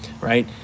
right